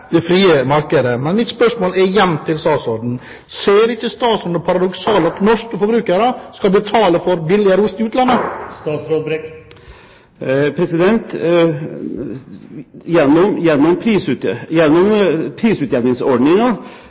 det frie markedet. Mitt spørsmål er igjen til statsråden: Ser ikke statsråden det paradoksale i at norske forbrukere skal betale for billigere ost i utlandet?